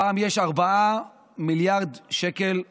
הפעם יש 4 מיליארד שקל עודף,